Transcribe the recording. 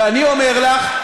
ואני אומר לך: